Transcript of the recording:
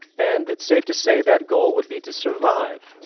and it's safe to say that goal would be to survive.